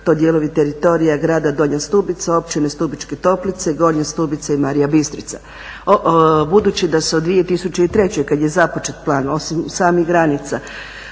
to dijelovi teritorija Grada Donja Stubica, općine Stubičke toplice, Gornje stubice i Marija Bistrica. Budući da se od 2003. kada je započet plan, osim samih granica